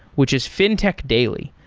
which is fintech daily.